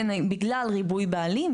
בגלל ריבוי בעלים,